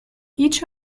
each